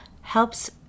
helps